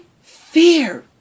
fear